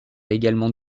également